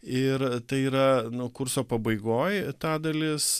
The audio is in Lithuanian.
ir tai yra nu kurso pabaigoj ta dalis